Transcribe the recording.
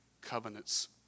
covenants